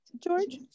George